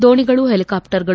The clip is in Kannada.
ದೋಣಿಗಳು ಹೆಲಿಕಾಪ್ಷರ್ಗಳು